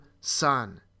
son